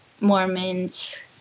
Mormons